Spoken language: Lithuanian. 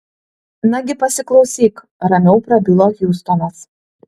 nagi pasiklausyk ramiau prabilo hjustonas